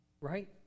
right